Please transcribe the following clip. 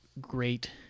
great